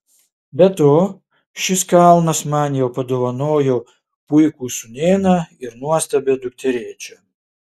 be to šis kalnas man jau padovanojo puikų sūnėną ir nuostabią dukterėčią